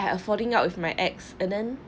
I a falling out with my ex and then